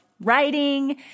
writing